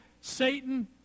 Satan